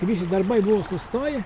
i visi darbai buvo sustoję